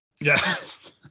Yes